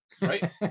Right